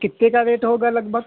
कितने का रेट होगा लगभग